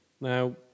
Now